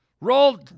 Roll